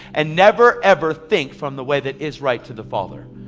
and never ever think from the way that is right to the father.